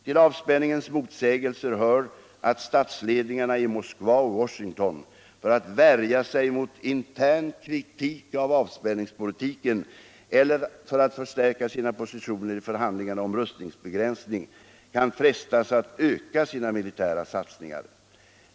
Till avspänningens motsägelser hör att statsledningarna i Moskva och Washington för att värja sig mot intern kritik av avspänningspolitiken eller för att förstärka sina positioner i förhandlingarna om rustningsbegränsning kan frestas att öka sina militära satsningar.